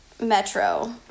Metro